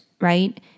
Right